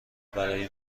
برای